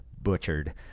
butchered